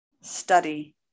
study